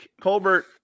Colbert